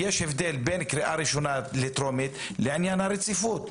יש הבדל בין קריאה ראשונה לקריאה טרומית מבחינת הרציפות,